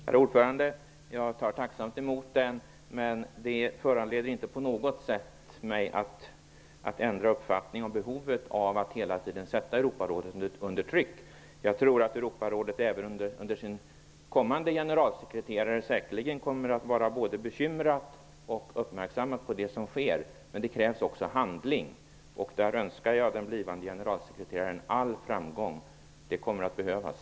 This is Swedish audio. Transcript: Herr talman! Jag tar tacksamt emot den. Men det föranleder mig inte på något sätt att ändra uppfattning om behovet av att hela tiden sätta Europarådet under tryck. Jag tror att Europarådet även under sin kommande generalsekreterare säkerligen kommer att vara både bekymrat och uppmärksamt på det som sker. Men det krävs också handling. Jag önskar den blivande generalsekreteraren all framgång. Det kommer att behövas.